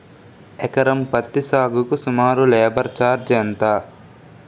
ఎకరం పత్తి సాగుకు సుమారు లేబర్ ఛార్జ్ ఎంత?